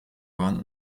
waren